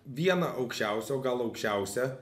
vieną aukščiausių o gal aukščiausią